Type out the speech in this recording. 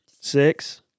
six